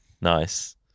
Nice